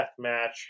deathmatch